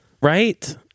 right